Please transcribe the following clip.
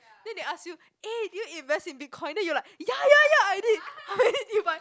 then they ask you eh did you invest in Bitcoin then you like ya ya ya I did how many did you buy